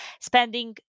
spending